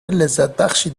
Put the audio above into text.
لذتبخشی